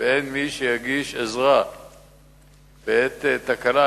ואין מי שיגיש עזרה בעת תקלה,